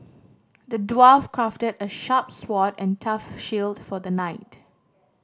the dwarf crafted a sharp sword and a tough shield for the knight